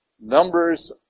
Numbers